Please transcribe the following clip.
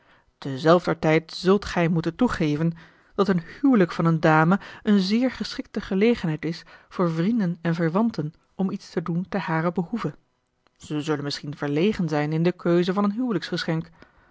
terzelfder tijd zult gij moeten toegeven dat een huwelijk van een dame een zeer geschikte gelegenheid is voor vrienden en verwanten om iets te doen te haren behoeve zij zullen misschien verlegen zijn in de keuze van een